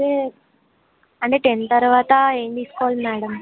అంటే అంటే టెన్త్ తర్వాత ఏం తీసుకోవాలి మ్యాడమ్